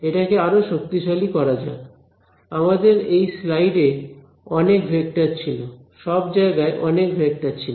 এটাকে আরো শক্তিশালী করা যাক আমাদের এই স্লাইড এ অনেক ভেক্টর ছিল সব জায়গায় অনেক ভেক্টর ছিল